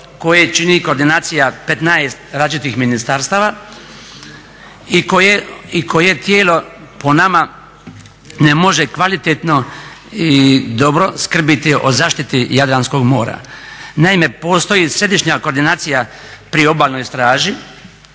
koje čini koordinacija 15 različitih ministarstava i koje tijelo po nama ne može kvalitetno i dobro skrbiti o zaštiti Jadranskog mora. Naime, postoji središnja koordinacija pri Obalnoj straži